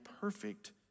perfect